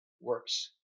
works